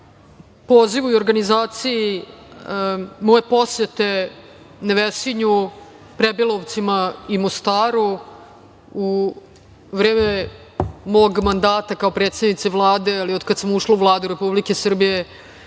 pozivu i organizaciji moje posete Nevesinju, Prebilovcima i Mostaru u vreme mog mandata kao predsednice Vlade ili od kada sam ušla u Vladu Republike Srbije.